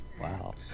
Wow